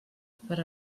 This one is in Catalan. per